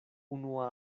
unua